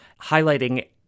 highlighting